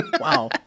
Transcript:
Wow